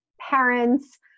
parents